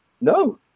No